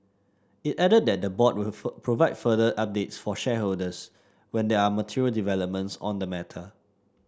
it added that the board will provide further updates for shareholders when there are material developments on the matter